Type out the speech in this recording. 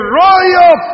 royal